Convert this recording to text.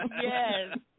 Yes